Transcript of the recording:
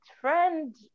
friend